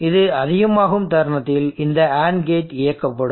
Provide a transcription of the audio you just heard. இது அதிகமாகும் தருணத்தில் இந்த AND கேட் இயக்கப்படும்